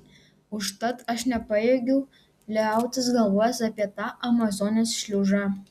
užtat aš nepajėgiu liautis galvojęs apie tą amazonės šliužą